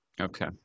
Okay